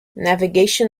navigation